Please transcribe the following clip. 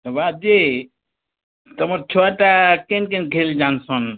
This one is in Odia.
ହେବା ଯେ ତୁମର ଛୁଆଟା କେନ୍ କେନ୍ ଖେଲ୍ ଜାନଶୁନ୍